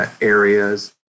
areas